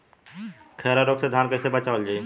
खैरा रोग से धान कईसे बचावल जाई?